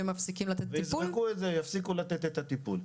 ויפסיקו לתת את הטיפול.